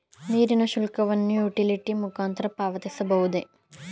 ನೀರಿನ ಶುಲ್ಕವನ್ನು ಯುಟಿಲಿಟಿ ಮುಖಾಂತರ ಪಾವತಿಸಬಹುದೇ?